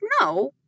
no